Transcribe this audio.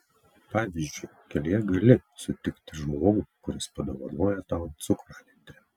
pavyzdžiui kelyje gali sutikti žmogų kuris padovanoja tau cukranendrę